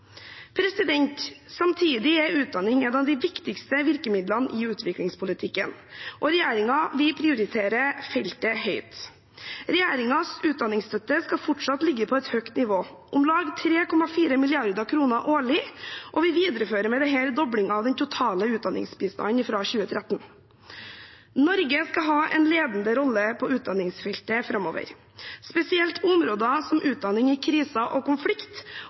Samtidig er utdanning et av de viktigste virkemidlene i utviklingspolitikken, og regjeringen vil prioritere feltet høyt. Regjeringens utdanningsstøtte skal fortsatt ligge på et høyt nivå, om lag 3,4 mrd. kr årlig, og vi viderefører med dette en dobling av den totale utdanningsbistanden fra 2013. Norge skal ha en ledende rolle på utdanningsfeltet framover, spesielt på områder som utdanning i kriser og konflikt